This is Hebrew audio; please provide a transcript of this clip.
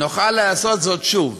נוכל לעשות זאת שוב,